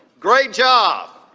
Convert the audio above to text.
great job.